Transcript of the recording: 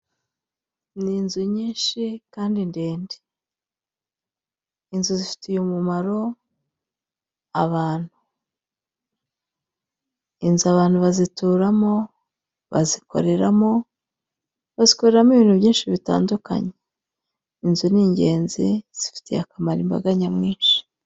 Ni inzu nyinshi kandi ndende. inzu zifite umumaro abantu; inzu ababntu bazituramo, bazikoreramo, bazikoreramo ibintu byinshi bitandukanye. Inzu ni ingenzi zifiye akamaro imbaga nyamwinshi.